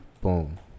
Boom